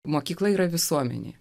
mokykla yra visuomenė